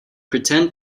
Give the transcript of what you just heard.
pretend